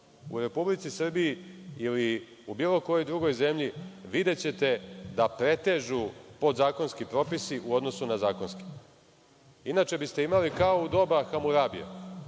U Republici Srbiji ili u bilo kojoj drugoj zemlji videćete da pretežu podzakonski propisi u odnosu na zakonske. Inače biste imali kao u doba Hamurabija,